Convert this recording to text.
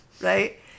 right